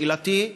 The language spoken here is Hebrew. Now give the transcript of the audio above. שאלתי,